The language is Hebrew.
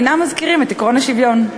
אינם מזכירים את עקרון השוויון.